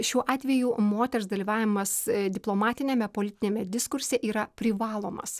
šiuo atveju moters dalyvavimas diplomatiniame politiniame diskurse yra privalomas